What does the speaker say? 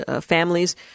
families